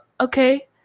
okay